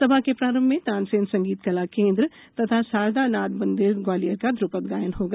सभा के प्रारंभ में तानसेन संगीत कला केन्द्र एवं सारदा नाद मंदिर ग्वालियर का ध्रपद गायन होगा